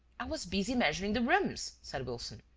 i was busy measuring the rooms, said wilson,